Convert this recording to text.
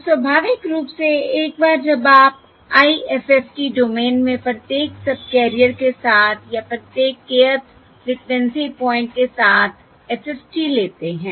तो स्वाभाविक रूप से एक बार जब आप IFFT डोमेन में प्रत्येक सबकैरियर के साथ या प्रत्येक kth फ्रिक्वेंसी पॉइंट के साथ FFT लेते हैं